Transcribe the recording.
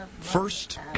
First